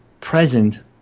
present